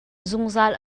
zungzal